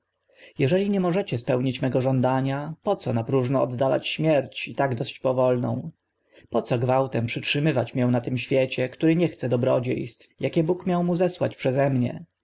jeżeli nie możecie spełnić mego żądania po co na próżno oddalać śmierć i tak dość powolną po co gwałtem przytrzymywać mię na tym świecie który nie chce dobrodzie stw akie bóg miał mu zesłać